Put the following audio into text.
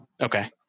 Okay